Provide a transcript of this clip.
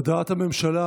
הודעת הממשלה,